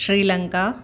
Sri Lanka